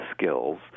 skills